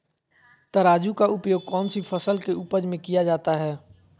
तराजू का उपयोग कौन सी फसल के उपज में किया जाता है?